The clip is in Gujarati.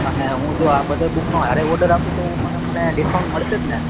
અને હું જો આ બધાય બુકનો હારે ઓર્ડર આપું તો પણે મને ડિસ્કાઉન્ટ મળશે જ ને